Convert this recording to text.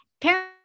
Parents